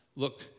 Look